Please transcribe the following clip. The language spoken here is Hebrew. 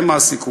למעסיק,